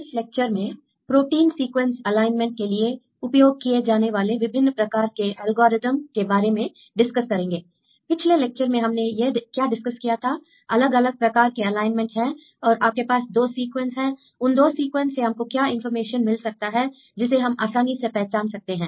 इस लेक्चर में protein sequences alignment के लिए उपयोग किए जाने वाले विभिन्न प्रकार के एल्गोरिदम के बारे में डिस्कस करेंगे I पिछले लेक्चर में हमने क्या डिस्कस किया था अलग अलग प्रकार के अलाइनमेंट हैं और आपके पास दो सीक्वेंस हैं उन दो सीक्वेंस से हमको क्या इंफॉर्मेशन मिल सकता है जिसे हम आसानी से पहचान सकते हैं